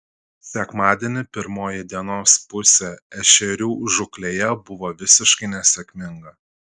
sekmadienį pirmoji dienos pusė ešerių žūklėje buvo visiškai nesėkminga